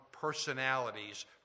personalities